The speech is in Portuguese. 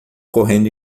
correndo